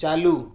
چالو